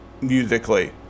musically